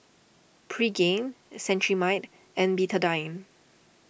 Pregain Cetrimide and Betadine